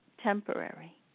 Temporary